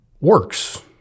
works